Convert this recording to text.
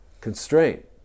constraint